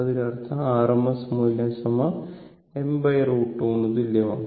അതിനർത്ഥം rms മൂല്യം m√2 ന് തുല്യമാണ്